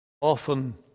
often